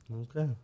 Okay